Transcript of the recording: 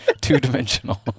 two-dimensional